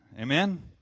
Amen